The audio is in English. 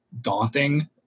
daunting